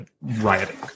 rioting